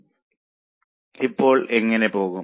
ഇപ്പോൾ എങ്ങനെ പോകും